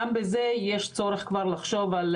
גם בזה יש צורך לצמצם.